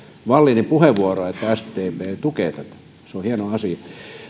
wallinin puheenvuoroa että sdp tukee tätä se on hieno asia